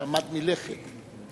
עמד מלכת.